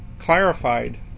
clarified